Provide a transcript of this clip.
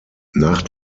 nach